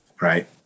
right